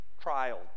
trial